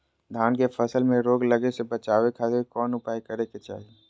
धान के फसल में रोग लगे से बचावे खातिर कौन उपाय करे के चाही?